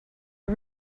are